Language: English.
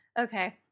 Okay